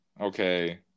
Okay